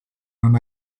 non